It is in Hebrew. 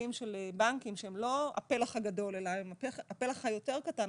שבתיקים של בנקים שהם לא הפלח הגדול אלא הם הפלח היותר קטן,